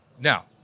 now